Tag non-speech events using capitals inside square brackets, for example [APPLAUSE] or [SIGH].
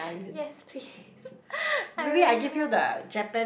yes please [LAUGHS] I really like